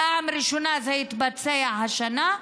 בפעם הראשונה זה יתבצע השנה,